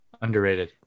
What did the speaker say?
Underrated